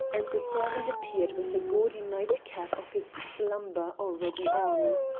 and the servant appeared with the gaudy nightcap of his slumber already on.